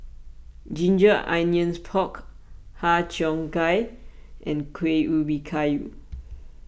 Ginger Onions Pork Har Cheong Gai and Kuih Ubi Kayu